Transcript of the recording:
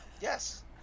Yes